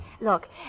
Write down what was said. Look